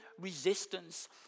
resistance